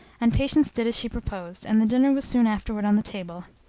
and patience did as she proposed, and the dinner was soon afterward on the table.